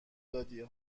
دادی